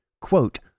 Quote